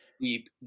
deep